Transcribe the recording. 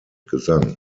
gesang